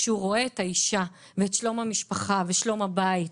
שהיא רואה את האישה ואת שלום המשפחה ואת שלום הבית,